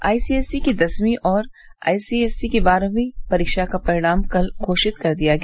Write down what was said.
ICSE की दसवीं और आईएससी की बारहवीं परीक्षा का परिणाम कल घोषित कर दिया गया